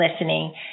listening